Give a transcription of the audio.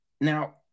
now